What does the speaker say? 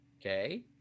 Okay